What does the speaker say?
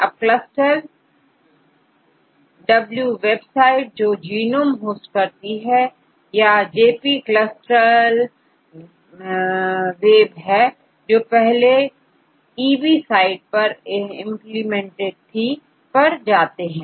अबCLUSTAL W website जो genome host करती है याJP CLUSTAL W है जो पहलेEB साइट पर इंप्लीमेंटेड थी पर जाते हैं